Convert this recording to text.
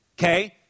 Okay